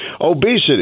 obesity